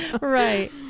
right